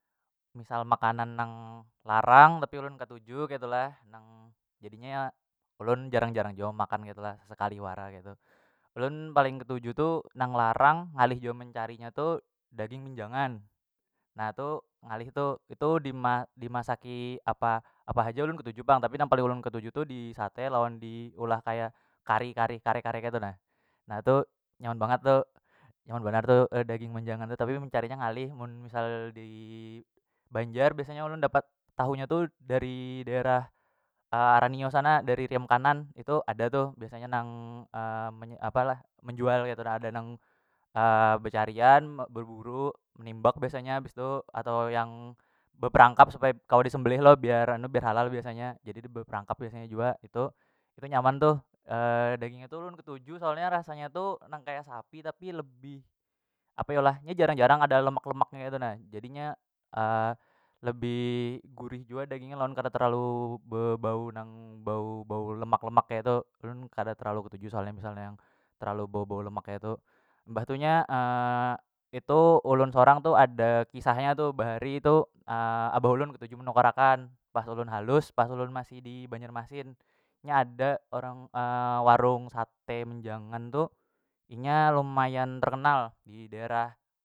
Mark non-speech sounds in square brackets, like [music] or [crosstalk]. Misal makanan nang larang tapi ulun katuju ketulah nang jadinya ya ulun jarang- jarang jua memakan ketu lah sesekali wara ketu ulun paling ketuju tu nang larang ngalih jua mencarinya tu daring minjangan na tu ngalih tu itu dima dimasaki apa- apa haja ulun ketuju pang tapi nang paling ulun ketuju tu di sate lawan di ulah kaya kari- kari kare- kare ketu nah na tu nyaman bangat tu nyaman banar tu daging manjangan tu tapi mencari nya ngalih mun misal di banjar biasanya ulun dapat tahu nya tu dari daerah [hesitation] ranio sana dari riem kanan itu ada tu biasanya nang [hesitation] [unintelligible] apalah menjual ketu nah ada nang [hesitation] becarian berburu menimbak biasanya bistu atau yang beperangkap supaya kawa disembelih lo biar- biar halal biasanya jadi beperangkap biasanya jua itu- itu nyaman tuh dagingnya ulun ketuju soalnya rasanya tu nang kaya sapi tapi lebih apa yo lah nya jarang- jarang ada lemak- lemak nya tu nah jadi nya [hesitation] lebih gurih jua daging nya lawan kada terlalu bebau nang bau- bau lemak- lemak keitu ulun kada terlalu ketuju soalnya misalnya yang terlalu bebau lemak keitu mbah tu nya [hesitation] itu ulun sorang tu ada kisahnya tu bahari tu [hesitation] abah ulun ketuju menukar akan pas ulun halus pas ulun masih di banjarmasin nya ada orang [hesitation] warung sate menjangan tu inya lumayan terkenal di daerah.